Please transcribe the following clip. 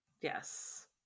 Yes